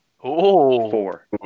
four